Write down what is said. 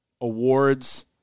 awards